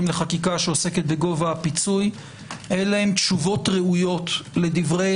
לחקיקה שעוסקת בגובה הפיצוי אלה הן תשובות ראויות לדברי